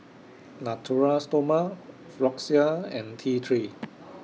Natura Stoma Floxia and T three